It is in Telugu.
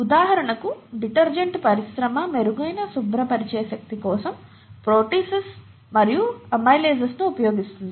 ఉదాహరణకు డిటర్జెంట్ పరిశ్రమ మెరుగైన శుభ్రపరిచే శక్తి కోసం ప్రోటీసెస్ మరియు అమైలేస్లను ఉపయోగిస్తుంది